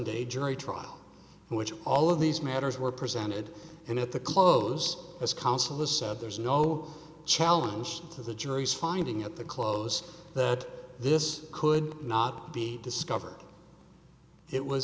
day jury trial in which all of these matters were presented and at the close as counsel has said there's no challenge to the jury's finding at the close that this could not be discovered it was